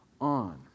on